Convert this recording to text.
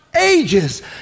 ages